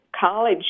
college